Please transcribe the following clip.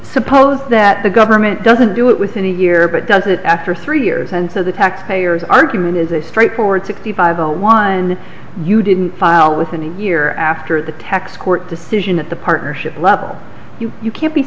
suppose that the government doesn't do it within a year but does it after three years and so the taxpayers argument is a straight forward to the five zero one you didn't file within a year after the tax court decision at the partnership level you can't be